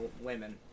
women